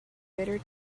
bitter